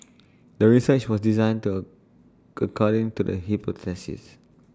the research was designed according to the hypothesis